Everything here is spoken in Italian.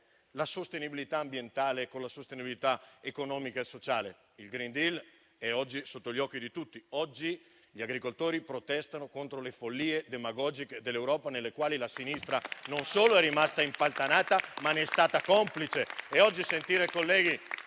la sostenibilità ambientale con la sostenibilità economica e sociale. Il *green deal* è oggi sotto gli occhi di tutti. Oggi gli agricoltori protestano contro le follie demagogiche dell'Europa, in cui non solo la sinistra è rimasta impantanata, ma ne è anche stata complice.